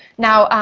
now,